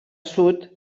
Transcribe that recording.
sud